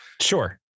Sure